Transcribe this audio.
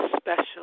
special